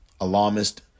alarmist